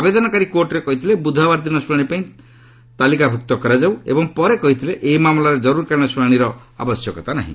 ଆବେଦନକାରୀ କୋର୍ଟରେ କହିଥିଲେ ବୁଧବାର ଦିନ ଶୁଶାଣି ପାଇଁ ତାଲିକାଭୁକ୍ତ କରାଯାଉ ଏବଂ ପରେ କହିଥିଲେ ଏହି ମାମଲାର ଜରୁରୀକାଳୀନ ଶୁଣାଣିର ଆବଶ୍ୟକତା ନାହିଁ